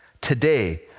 today